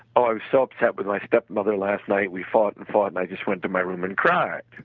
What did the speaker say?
oh, i'm so upset with my stepmother. last night we fought and fought and i just went to my room and cried.